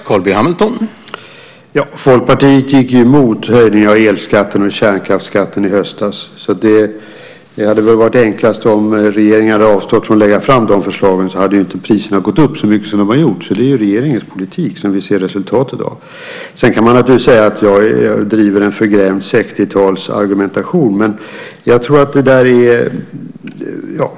Herr talman! Ja, Folkpartiet gick i höstas emot en höjning av elskatten och kärnkraftsskatten. Det hade väl varit enklast om regeringen hade avstått från att lägga fram de förslagen. Då hade inte priserna gått upp så mycket som de har gjort. Det är regeringens politik som vi nu ser resultatet av. Naturligtvis kan man säga att jag driver en förgrämd 60-talsargumentation.